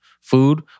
Food